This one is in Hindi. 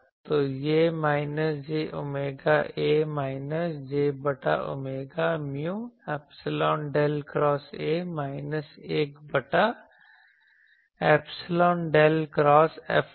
तो वह minus j omega A minus j बटा omega mu epsilon del cross A minus 1 बटा ऐपसीलोन डेल क्रॉस F होगा